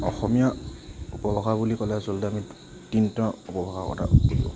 অসমীয়া উপভাষা বুলি ক'লে আচলতে আমি তিনিটা উপভাষাৰ কথা বুজোঁ